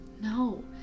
No